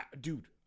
dude